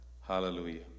hallelujah